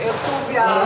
באר-טוביה,